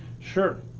sure.